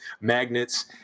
magnets